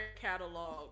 catalog